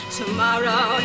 tomorrow